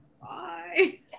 bye